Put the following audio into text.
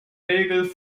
regel